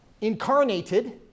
incarnated